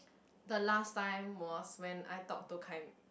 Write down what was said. the last time was when I talk to